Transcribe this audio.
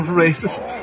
racist